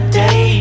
day